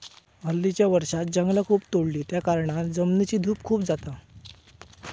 हल्लीच्या वर्षांत जंगला खूप तोडली त्याकारणान जमिनीची धूप खूप जाता